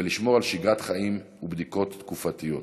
ולשמור על שגרת חיים ובדיקות תקופתיות.